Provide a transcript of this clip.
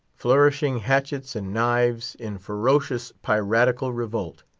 flourishing hatchets and knives, in ferocious piratical revolt.